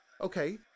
Okay